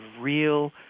real